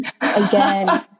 again